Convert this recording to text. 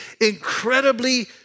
incredibly